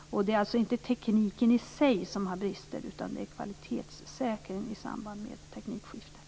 Det är alltså inte tekniken i sig som har brister, utan det handlar om kvalitetssäkring i samband med teknikskiftet.